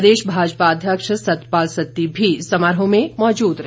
प्रदेश भाजपा अध्यक्ष सतपाल सत्ती भी समारोह में मौजूद रहे